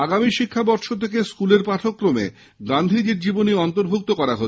আগামী শিক্ষাবর্ষে থেকে স্কুলের পাঠ্যক্রমে গান্ধীজির জীবনী অন্তর্ভূক্ত করা হচ্ছে